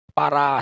para